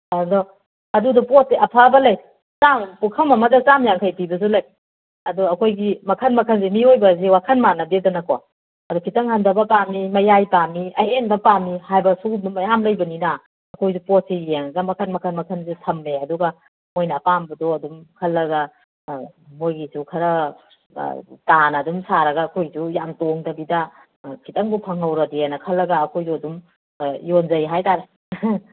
ꯑꯗꯣ ꯑꯗꯨꯗꯨ ꯄꯣꯠꯇꯤ ꯑꯐꯕ ꯂꯩ ꯄꯨꯈꯝ ꯑꯃꯗ ꯆꯥꯃ ꯌꯥꯡꯈꯩ ꯄꯤꯕꯁꯨ ꯂꯩ ꯑꯗꯣ ꯑꯩꯈꯣꯏꯒꯤ ꯃꯈꯜ ꯃꯈꯜꯁꯦ ꯃꯤꯑꯣꯏꯕꯁꯦ ꯋꯥꯈꯜ ꯃꯥꯟꯅꯗꯦꯗꯅꯀꯣ ꯑꯗꯨ ꯈꯤꯇꯪ ꯍꯟꯊꯕ ꯄꯥꯝꯃꯤ ꯃꯌꯥꯏ ꯄꯥꯝꯃꯤ ꯑꯍꯦꯟꯕ ꯄꯥꯝꯃꯤ ꯍꯥꯏꯕ ꯁꯤꯒꯨꯝꯕ ꯃꯌꯥꯝ ꯂꯩꯕꯅꯤꯅ ꯑꯩꯈꯣꯏꯗ ꯄꯣꯠꯁꯦ ꯌꯦꯡꯉꯒ ꯃꯈꯟ ꯃꯈꯟ ꯃꯈꯟꯁꯦ ꯊꯝꯃꯦ ꯑꯗꯨꯒ ꯃꯣꯏꯅ ꯑꯄꯥꯝꯕꯗꯣ ꯑꯗꯨꯝ ꯈꯜꯂꯒ ꯃꯣꯏꯒꯤꯁꯨ ꯈꯔ ꯇꯥꯅ ꯑꯗꯨꯝ ꯁꯥꯔꯒ ꯑꯩꯈꯣꯏꯁꯨ ꯌꯥꯝ ꯇꯣꯡꯗꯕꯤꯗ ꯈꯤꯇꯪꯕꯨ ꯐꯪꯍꯧꯔꯗꯤꯅ ꯈꯜꯂꯒ ꯑꯩꯈꯣꯏꯁꯨ ꯑꯗꯨꯝ ꯌꯣꯟꯖꯩ ꯍꯥꯏꯇꯥꯔꯦ